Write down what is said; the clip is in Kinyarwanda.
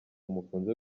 mukunze